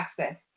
access